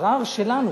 ערר שלנו,